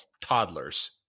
toddlers